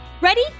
Ready